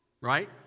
Right